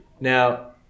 now